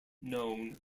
known